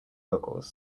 goggles